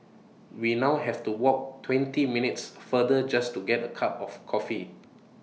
we now have to walk twenty minutes further just to get A cup of coffee